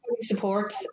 support